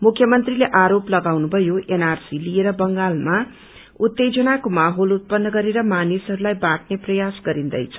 मुख्य मंत्रीले आरोप लगाउनु भयो एनआरसी लिएर बंगालमा उत्तेजनाको माहौल उतपन्न गरेर मानिसहरूलाई बाटने प्रयास गरिदैछ